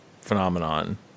phenomenon